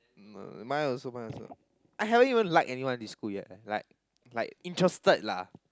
uh mine also mine also I haven't even like anyone in this school like like interested lah